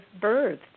birthed